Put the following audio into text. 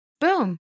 Boom